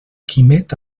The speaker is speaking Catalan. quimet